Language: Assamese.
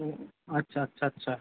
আচ্ছা আচ্ছা আচ্ছা